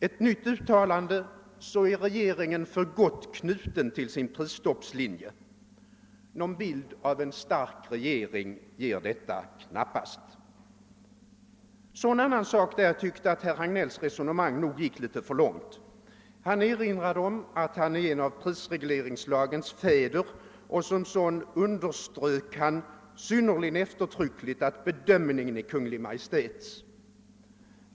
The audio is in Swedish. Ett nytt uttalande — och regeringen är för gott knuten till sin prisstoppslinje. Någon bild av en stark regering ger detta knappast. Så en annan punkt där jag tyckte att herr Hagnells resonemang gick en aning för långt. Han erinrade om att han är en av Pprisregleringslagens fäder, och som sådan underströk han synnerligen eftertryckligt att bedömningen är Kungl. Maj:ts.